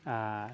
ᱟᱨ